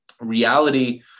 reality